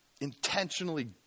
intentionally